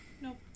Nope